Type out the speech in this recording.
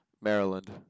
Maryland